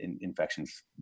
Infections